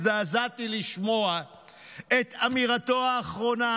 הזדעזעתי לשמוע את אמירתו האחרונה,